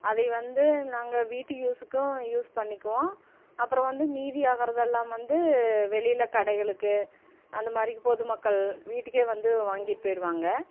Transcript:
அதையை வந்து நாங்கள் வீட்டு யூஸ்ஸுக்கும் யூஸ் பண்ணிக்குவோம் அப்புறம் வந்து மீதி ஆகிதறதெல்லாம் வந்து வெளியில் கடைகளுக்கு அந்த மாதிரி பொது மக்கள் வீட்டுக்கே வந்து வாங்கிட்டு போயிடுவாங்க